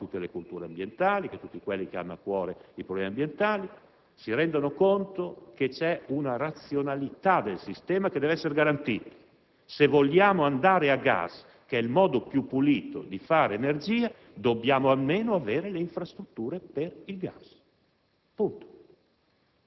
Ciò significa però che tutte le culture ambientali e tutti coloro che hanno a cuore i problemi ambientali si rendano conto che vi è una razionalità del sistema che deve essere garantito. Se vogliamo andare a gas, che è il modo più pulito di produrre energia, dobbiamo avere almeno le infrastrutture per il gas.